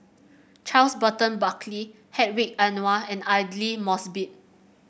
Charles Burton Buckley Hedwig Anuar and Aidli Mosbit